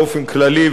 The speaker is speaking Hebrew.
באופן כללי,